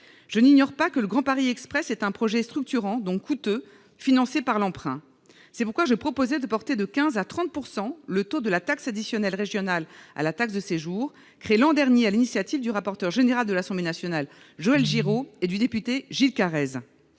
Je n'ignore pas que le Grand Paris Express est un projet structurant, par conséquent coûteux, financé par l'emprunt. C'est pourquoi je proposais de porter de 15 % à 30 % le taux de la taxe additionnelle à la taxe de séjour, créée l'an dernier sur l'initiative du rapporteur général de l'Assemblée nationale, Joël Giraud, et du député Gilles Carrez.